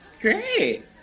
Great